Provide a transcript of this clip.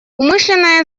умышленное